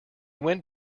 went